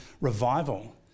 revival